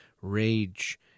rage